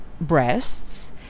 breasts